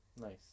nice